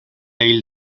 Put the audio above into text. hil